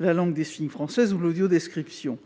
la langue française des signes ou l'audiodescription.